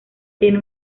tiene